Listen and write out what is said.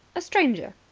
a stranger.